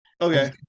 Okay